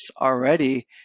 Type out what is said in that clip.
already